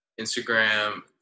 Instagram